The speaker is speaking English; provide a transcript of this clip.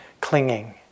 clinging